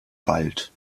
wald